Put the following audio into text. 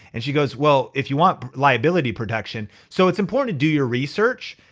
and she goes, well, if you want liability protection. so it's important to do your research.